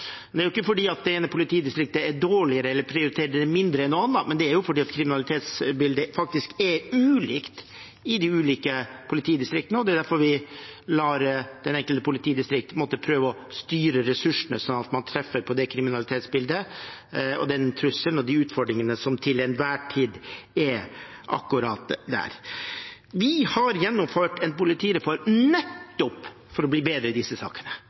Det er ikke fordi det ene politidistriktet er dårligere eller prioriterer dette mindre enn noe annet, men fordi kriminalitetsbildet faktisk er ulikt i de ulike politidistriktene. Det er derfor vi lar det enkelte politidistrikt prøve å styre ressursene slik at man treffer det kriminalitetsbildet, den trusselen og de utfordringene som til enhver tid er akkurat der. Vi har gjennomført en politireform nettopp for å bli bedre i disse sakene.